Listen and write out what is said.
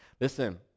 Listen